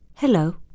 Hello